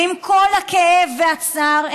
עם כל הכאב והצער,